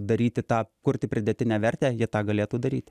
daryti tą kurti pridėtinę vertę jie tą galėtų daryti